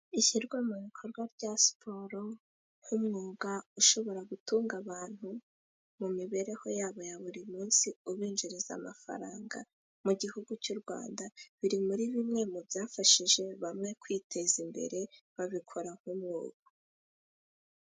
Ishyirwa mu bikorwa rya siporo nk'umwuga ushobora gutunga abantu mu mibereho yabo ya buri munsi, ubinjiriza amafaranga. Mu gihugu cy’u Rwanda, biri muri bimwe mu byafashije bamwe kwiteza imbere, babikora nk'umwuga.